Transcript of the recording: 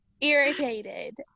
irritated